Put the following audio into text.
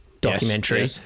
documentary